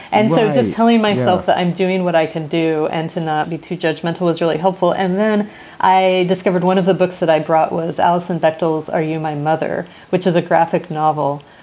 and so it's just telling myself that i'm doing what i can do and to not be too judgmental is really helpful. and then i discovered one of the books that i brought was allison battles are you my mother, which is a graphic novel.